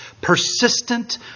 persistent